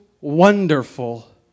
wonderful